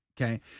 okay